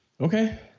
Okay